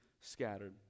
scattered